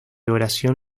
oración